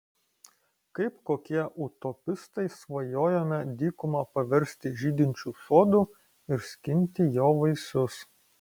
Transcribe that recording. kaip kokie utopistai svajojome dykumą paversti žydinčiu sodu ir skinti jo vaisius